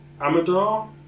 Amador